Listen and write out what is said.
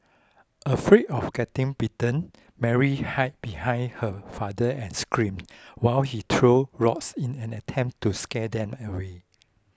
afraid of getting bitten Mary hide behind her father and screamed while he throw rocks in an attempt to scare them away